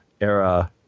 era